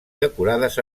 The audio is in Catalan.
decorades